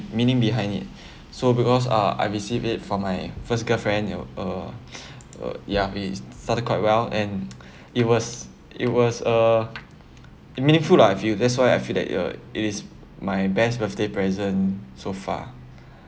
meaning behind it so because uh I receive it from my first girlfriend uh ya it started quite well and it was it was a meaningful lah I feel that's why I feel that uh it is my best birthday present so far